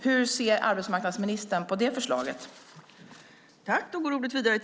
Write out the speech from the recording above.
Hur ser arbetsmarknadsministern på det förslaget?